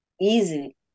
easy